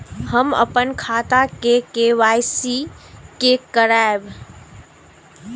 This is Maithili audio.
हम अपन खाता के के.वाई.सी के करायब?